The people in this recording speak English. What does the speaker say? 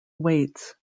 weights